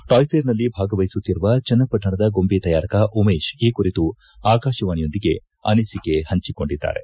toy ಫೇರ್ನಲ್ಲಿ ಭಾಗವಹಿಸುತ್ತಿರುವ ಚನ್ನಷ್ಟುಣದ ಗೊಂಬೆ ತಯಾರಕ ಉಮೇಶ್ ಈ ಕುರಿತು ಆಕಾಶವಾಣಿಯೊಂದಿಗೆ ಅನಿಸಿಕೆ ಪಂಚಿಕೊಂಡಿದ್ದಾರೆ